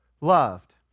loved